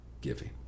giving